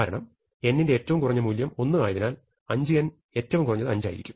കാരണം n ന്റെ ഏറ്റവും കുറഞ്ഞ മൂല്യം 1 ആയതിനാൽ 5n ഏറ്റവും കുറഞ്ഞത് 5 ആയിരിക്കും